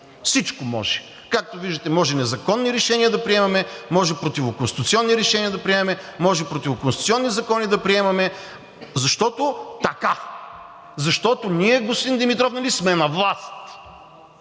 всичко може. Както виждате, може незаконни решения да приемаме, може противоконституционни решения да приемаме, може противоконституционни закони да приемаме, защото така! Защото ние, господин Димитров, нали, сме на власт.